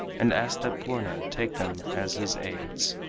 and asked that purna take them as his aids.